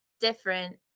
different